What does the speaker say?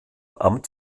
amt